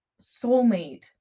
soulmate